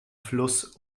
fluss